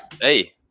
Hey